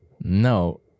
No